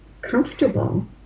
comfortable